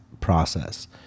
process